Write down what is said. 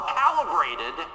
calibrated